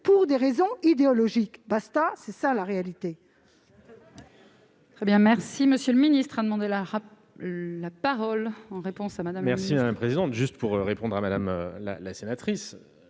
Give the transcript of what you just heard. pour des raisons idéologiques. C'est ça, la réalité